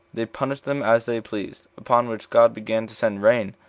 they punished them as they pleased upon which god began to send rain,